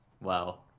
Wow